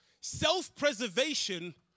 self-preservation